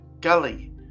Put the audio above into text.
gully